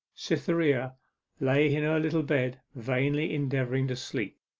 cytherea lay in her little bed, vainly endeavouring to sleep.